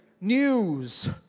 news